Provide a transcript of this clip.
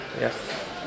Yes